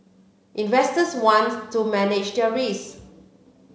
investors want to manage their risk